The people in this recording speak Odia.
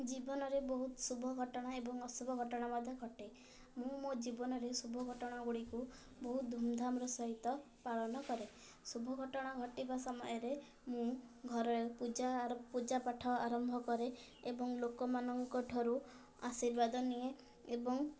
ଜୀବନରେ ବହୁତ ଶୁଭ ଘଟଣା ଏବଂ ଅଶୁଭ ଘଟଣା ମଧ୍ୟ ଘଟେ ମୁଁ ମୋ ଜୀବନରେ ଶୁଭ ଘଟଣା ଗୁଡ଼ିକୁ ବହୁତ ଧୁମ୍ଧାମ୍ର ସହିତ ପାଳନ କରେ ଶୁଭ ଘଟଣା ଘଟିବା ସମୟରେ ମୁଁ ଘରେ ପୂଜା ପୂଜା ପାଠ ଆରମ୍ଭ କରେ ଏବଂ ଲୋକମାନଙ୍କ ଠାରୁ ଆଶୀର୍ବାଦ ନିଏ ଏବଂ